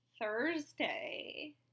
Thursday